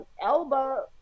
Elba